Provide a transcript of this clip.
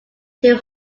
two